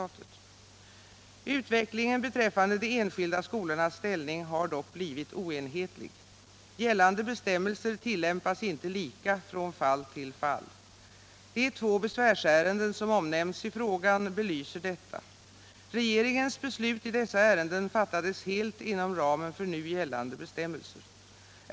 Utvecklingen beträffande de enskilda skolornas ställning har dock blivit oenhetlig. Gällande bestämmelser tillämpas inte lika från fall till fall. De två besvärsärenden som omnämns i frågan belyser detta. Regeringens beslut i dessa ärenden fattades helt inom ramen för nu gällande bestämmelser.